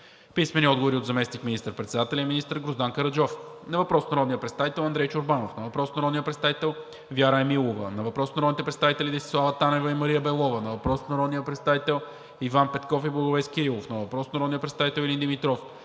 Христо Гаджев; - заместник министър-председателя и министър Гроздан Караджов на въпрос от народния представител Андрей Чорбанов; на въпрос от народния представител Вяра Емилова; на въпрос от народните представители Десислава Танева и Мария Белова; на въпрос от народния представител Иван Петков и Благовест Кирилов; на въпрос от народния представител Илин Димитров;